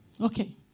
Okay